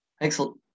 Excellent